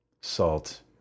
salt